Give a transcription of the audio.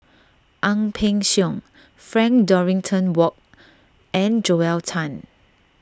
Ang Peng Siong Frank Dorrington Ward and Joel Tan